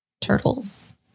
Turtles